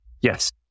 Yes